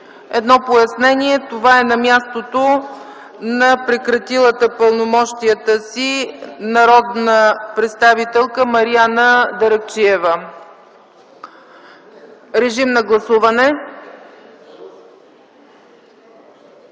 Едно пояснение – това е на мястото на прекратилата пълномощията си народна представителка Мариана Даракчиева. Режим на гласуване!